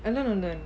no no no